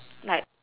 like